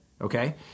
Okay